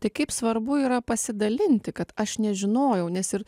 tai kaip svarbu yra pasidalinti kad aš nežinojau nes ir